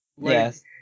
Yes